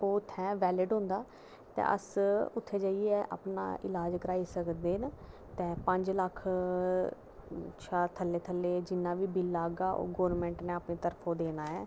ते ओह् उत्थें वेलिड होंदा ते अस उत्थें जाइयै अपना ईलाज़ कराई सकदे न तां पंज लक्ख शा थल्लै थल्लै जिन्ना बी बिल आह्गा ओह् गौरमेंट नै अपनी तरफो देना ऐ